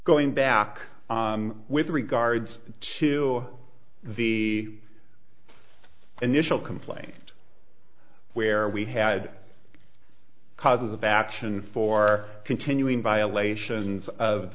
going back with regards to the initial complaint where we had causes of action for continuing violations of